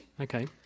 okay